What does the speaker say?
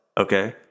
Okay